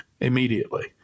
immediately